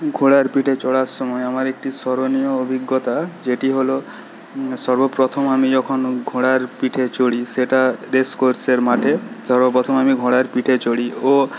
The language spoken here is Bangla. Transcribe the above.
ঘোড়ার পিঠে চড়ার সময় আমার একটি স্মরণীয় অভিজ্ঞতা যেটি হল সর্বপ্রথম আমি যখন ঘোড়ার পিঠে চড়ি সেটা রেসকোর্সের মাঠে সর্বপ্রথম আমি ঘোড়ার পিঠে চড়ি ও